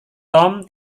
tom